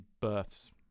births